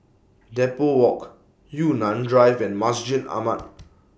Depot Walk Yunnan Drive and Masjid Ahmad